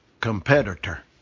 competitor